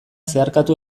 zeharkatu